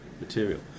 material